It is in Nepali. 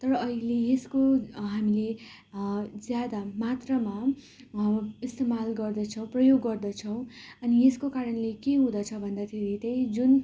तर अहिले यसको हामीले ज्यादा मात्रामा इस्तमाल गर्दछौँ प्रयोग गर्दछौँ अनि यसको कारणले के हुँदछ भन्दाखेरि त्यही जुन